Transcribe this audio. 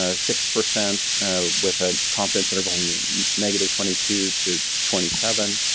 ah six percent with a confidence interval um negative twenty two to twenty seven,